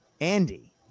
Andy